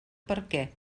perquè